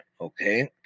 Okay